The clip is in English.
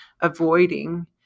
avoiding